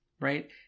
right